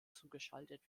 zugeschaltet